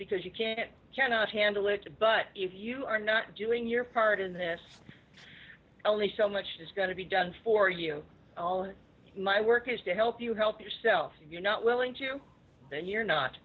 because you cannot handle it but if you are not doing your part in this only so much has got to be done for you all my work is to help you help yourself if you're not willing to then you're not